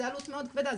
זאת עלות מאוד כבדה.